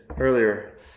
earlier